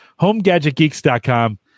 HomeGadgetGeeks.com